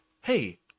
Hey